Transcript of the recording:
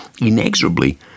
inexorably